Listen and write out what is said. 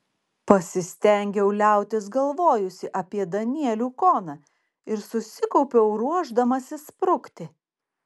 pasistengiau liautis galvojusi apie danielių koną ir susikaupiau ruošdamasi sprukti